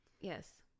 Yes